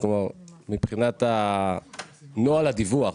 כלומר מבחינת נוהל הדיווח,